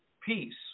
peace